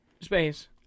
space